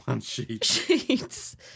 sheets